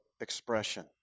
expression